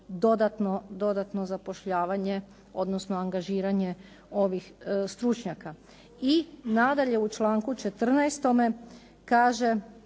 dodatno zapošljavanje, odnosno angažiranje ovih stručnjaka. I nadalje u članku 14. kaže